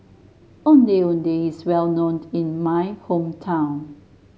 Ondeh Ondeh is well known in my hometown